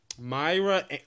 Myra